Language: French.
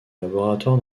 laboratoire